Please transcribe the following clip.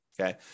okay